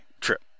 trip